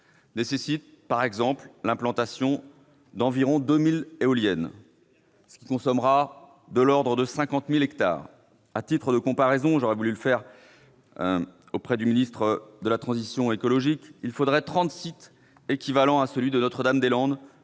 nécessitera par exemple l'implantation d'environ 2 000 éoliennes, ce qui consommera près de 50 000 hectares ? À titre de comparaison- j'aurais souhaité adresser cette remarque au ministre de la transition écologique -, il faudrait trente sites équivalents à celui de Notre-Dame-des-Landes